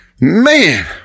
Man